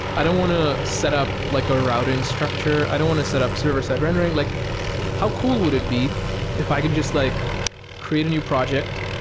i don't want to set up like a routing structure. i don't want to set up server-side rendering. like how cool would it be if i could just like create a new project?